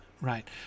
right